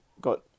got